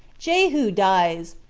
jehu dies,